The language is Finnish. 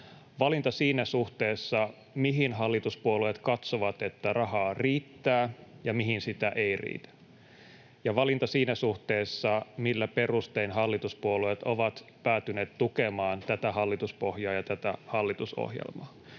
valinta siinä suhteessa, mihin hallituspuolueet katsovat, että rahaa riittää ja mihin sitä ei riitä, ja valinta siinä suhteessa, millä perustein hallituspuolueet ovat päätyneet tukemaan tätä hallituspohjaa ja tätä hallitusohjelmaa.